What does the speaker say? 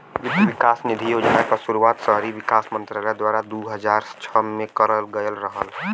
वित्त विकास निधि योजना क शुरुआत शहरी विकास मंत्रालय द्वारा दू हज़ार छह में करल गयल रहल